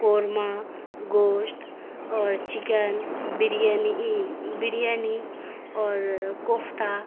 قورمہ گوشت اور چکن بریانی بریانی اور کوفتہ